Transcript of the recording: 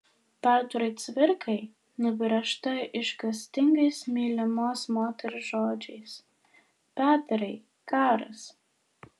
petrui cvirkai nubrėžta išgąstingais mylimos moters žodžiais petrai karas